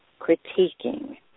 critiquing